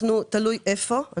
תלוי איפה.